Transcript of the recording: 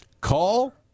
Call